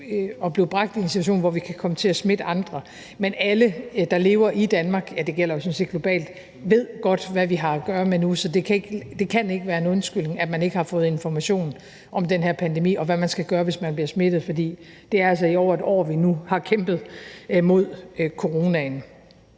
blive bragt i en situation, hvor vi kan komme til at smitte andre. Men alle, der lever i Danmark, ja, det gælder sådan set globalt, ved godt, hvad vi har at gøre med nu, så det kan ikke være en undskyldning, at man ikke har fået information om den her pandemi, og hvad man skal gøre, hvis man bliver smittet, for det er altså i over et år, vi nu har kæmpet imod coronaen.